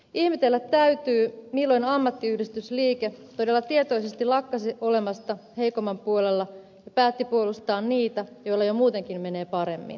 ihmetellä täytyy milloin ammattiyhdistysliike todella tietoisesti lakkasi olemasta heikomman puolella ja päätti puolustaa niitä joilla jo muutenkin menee paremmin